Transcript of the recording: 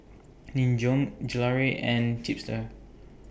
Nin Jiom Gelare and Chipster